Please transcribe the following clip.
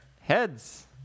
Heads